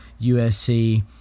USC